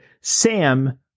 Sam